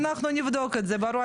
אנחנו נבדוק את זה ברור,